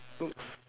looks